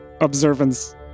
observance